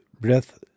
breath